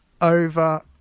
over